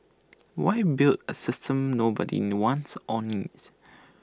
why build A system nobody no wants or needs